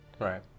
Right